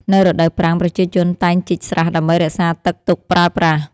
នៅរដូវប្រាំង ប្រជាជនតែងជីកស្រះដើម្បីរក្សាទឹកទុកប្រើប្រាស់។